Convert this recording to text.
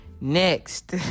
Next